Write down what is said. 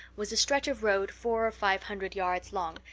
was a stretch of road four or five hundred yards long,